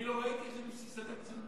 אני לא ראיתי את זה בבסיס התקציב.